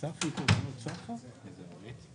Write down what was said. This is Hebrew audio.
שאלתי שאלה פשוטה.